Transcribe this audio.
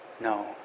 No